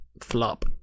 Flop